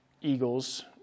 eagles